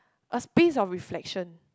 a space of reflection